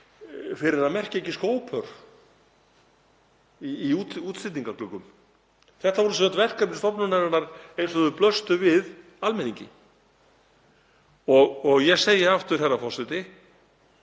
fyrir að merkja ekki skópör í útstillingargluggum. Þetta voru sem sagt verkefni stofnunarinnar eins og þau blöstu við almenningi. Ég segi aftur, herra forseti: